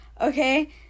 okay